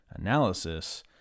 analysis